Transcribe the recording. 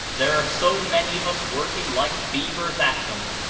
there are so many of us working like beavers at them,